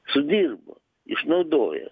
sudirbot išnaudojot